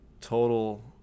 Total